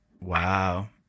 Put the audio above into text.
Wow